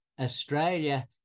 Australia